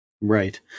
Right